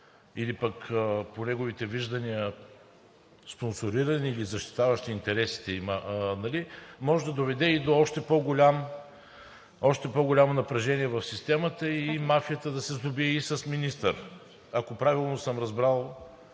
или пък по неговите виждания спонсорирани или защитаващи интересите им, може да доведе до още по-голямо напрежение в системата и мафията да се сдобие и с министър, ако правилно съм разбрал